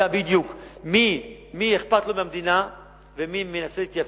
בדיוק מי אכפת לו מהמדינה ומי מנסה להתייפייף,